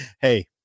Hey